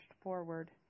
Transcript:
forward